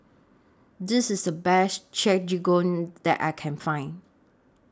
This IS The Best that I Can Find